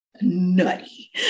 nutty